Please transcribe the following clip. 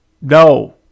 No